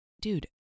dude